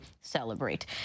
Celebrate